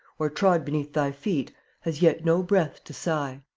or, trod beneath thy feet, has yet no breath to sigh.